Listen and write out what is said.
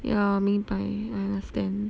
yeah 明白 I understand